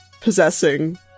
possessing